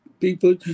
people